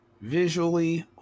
Visually